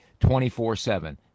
24-7